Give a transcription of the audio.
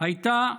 הייתה,